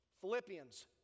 Philippians